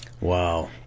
Wow